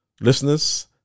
Listeners